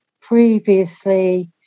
previously